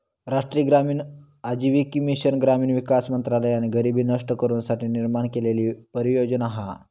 राष्ट्रीय ग्रामीण आजीविका मिशन ग्रामीण विकास मंत्रालयान गरीबी नष्ट करू साठी निर्माण केलेली परियोजना हा